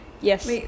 yes